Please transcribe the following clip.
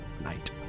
night